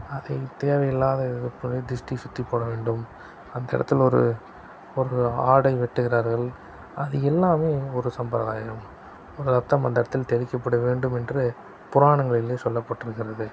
அதை தேவை இல்லாத இருப்பதை திருஷ்டி சுற்றி போட வேண்டும் அந்த இடத்தில் ஒரு ஒரு ஆடை வெட்டுகிறார்கள் அது எல்லாமே ஒரு சம்பிரதாயம் ரத்தம் அந்த இடத்தில் தெளிக்கப்பட வேண்டும் என்று புராணங்களில் சொல்லப்பட்டுருக்கிறது